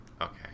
Okay